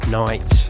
night